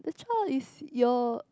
how is your